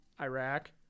Iraq